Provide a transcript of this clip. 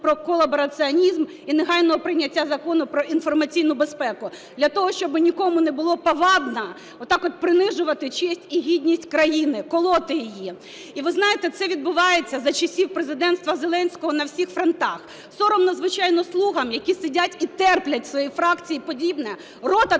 про колабораціонізм і негайного прийняття Закону про інформаційну безпеку для того, щоб нікому не було повадно отак принижувати честь і гідність країни, колоти її. І, ви знаєте, це відбувається за часів президентства Зеленського на всіх фронтах. Соромно, звичайно, "слугам", які сидять і терплять в своїй фракції подібне, рота теж